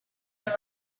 and